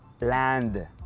land